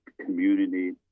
community